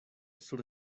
sur